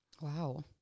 Wow